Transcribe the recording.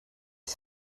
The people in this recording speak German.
ich